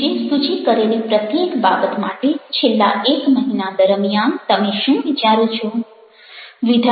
નીચે સૂચિ કરેલી પ્રત્યેક બાબત માટે છેલ્લા એક મહિના દરમિયાન તમે શું વિચારો છો